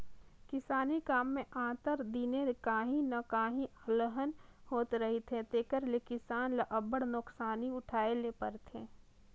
किसानी काम में आंतर दिने काहीं न काहीं अलहन होते रहथे तेकर ले किसान ल अब्बड़ नोसकानी उठाए ले परथे